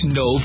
no